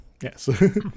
Yes